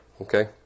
Okay